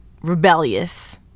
rebellious